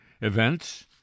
events